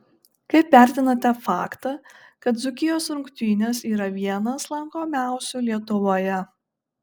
kaip vertinate faktą kad dzūkijos rungtynės yra vienas lankomiausių lietuvoje